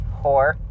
Whore